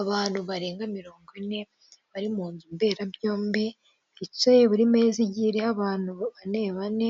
Umuntu wicaye akaba ari umu mama, akaba afite ibikoresho by'irangururamajwi imbere ye, hakaba hari n'ibindi